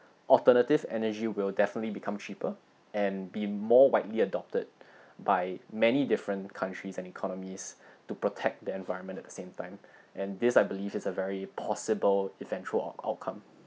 alternative energy will definitely become cheaper and be more widely adopted by many different countries and economies to protect the environment at the same time and this I believe it's a very possible eventual out outcome